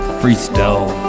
freestyle